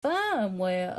firmware